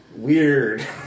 Weird